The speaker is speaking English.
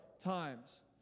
times